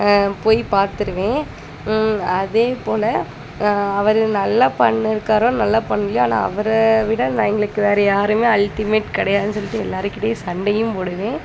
போய் பார்த்துடுவேன் அதேபோல் அவர் நல்லா பண்ணியிருக்காரோ நல்லா பண்ணலையோ ஆனால் அவரை விட எங்களுக்கு வேற யாருமே அல்ட்டிமேட் கிடையாதுன்னு சொல்லிட்டு எல்லாருக்கிட்டையும் சண்டையும் போடுவேன்